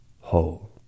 whole